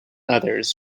others